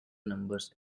numbers